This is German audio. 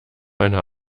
einer